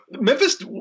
Memphis